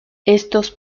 estos